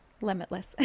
limitless